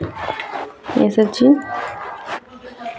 इसब चीज